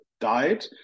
died